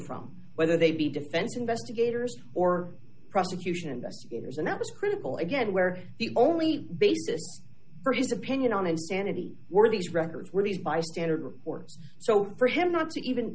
from whether they be defense investigators or prosecution investigators and it was critical again where the only basis for his opinion on his sanity were these records released by standard reporters so for him not to even